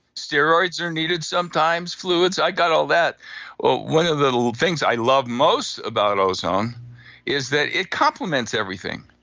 steroids are needed sometimes, fluids, i've got all that one of the things i love most about ozone is that it complements everything,